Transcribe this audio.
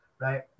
right